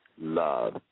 love